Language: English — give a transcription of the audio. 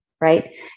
right